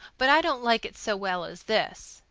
but i don't like it so well as this.